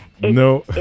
no